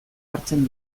hartzen